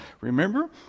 Remember